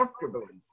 comfortably